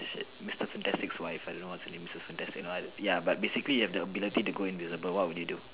Mr fantastic wife I don't know what's her name so Mrs fantastic but ya basically if you have the ability to go invisible